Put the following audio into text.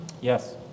Yes